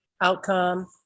outcome